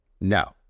No